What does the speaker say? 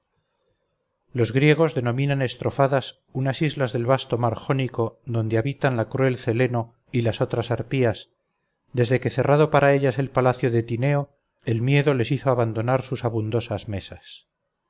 los griegos denominan estrofadas unas islas del vasto mar jónico donde habitan la cruel celeno y las otras arpías desde que cerrado para ellas el palacio de tineo el miedo les hizo abandonar sus abundosas mesas